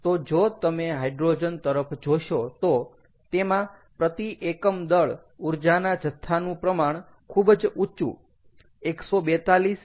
તો જો તમે હાઈડ્રોજન તરફ જોશો તો તેમાં પ્રતિ એકમ દળ ઊર્જાના જથ્થાનું પ્રમાણ ખૂબ જ ઊંચું 142 MJkg છે